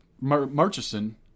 Murchison